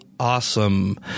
Awesome